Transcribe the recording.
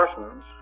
persons